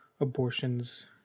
abortions